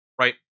right